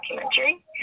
documentary